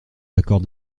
l’accord